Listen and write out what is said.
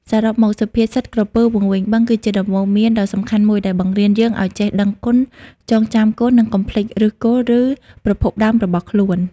សរុបមក សុភាសិត "ក្រពើវង្វេងបឹង" គឺជាដំបូន្មានដ៏សំខាន់មួយដែលបង្រៀនយើងឱ្យចេះដឹងគុណ ចងចាំគុណ និងកុំភ្លេចឫសគល់ ឬប្រភពដើមរបស់ខ្លួន។